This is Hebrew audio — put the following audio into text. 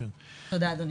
תודה, אדוני.